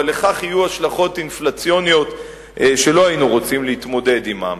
אבל לכך יהיו השלכות אינפלציוניות שלא היינו רוצים להתמודד עמן.